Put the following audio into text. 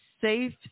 safe